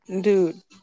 Dude